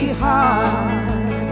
heart